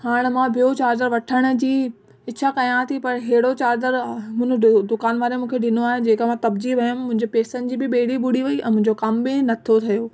हाणे मां ॿियो चार्जर वठण जी इच्छा कयां थी पर अहिड़ो चार्जर हुन दु दुकान वारे मूंखे ॾिनो आहे जंहिं खां मां तपिजी वियमि मुंहिंजे पैसनि जी बि बेड़ी ॿुॾी वेई ऐं मुंहिंजो कम बि नथो थिए